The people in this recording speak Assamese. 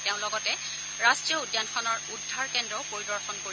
তেওঁ লগতে ৰাষ্টীয় উদ্যানখনৰ উদ্ধাৰ কেদ্ৰও পৰিদৰ্শন কৰিব